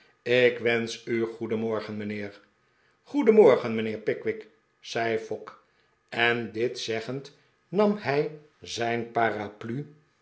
ik wensch u goedenmorgen mijnheer goedenmorgen mijnheer pickwick zei fogg en dit zeggend nam hij zijn paraplu